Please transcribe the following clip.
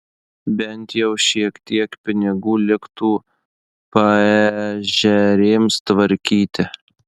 bent jau šiek tiek pinigų liktų paežerėms tvarkyti